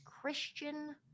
Christian